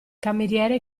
cameriere